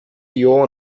your